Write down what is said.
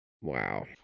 wow